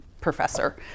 professor